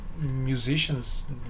musicians